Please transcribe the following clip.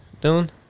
Dylan